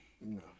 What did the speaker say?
No